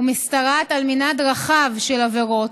ומשתרעת על מנעד רחב של עבירות.